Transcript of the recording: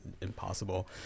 impossible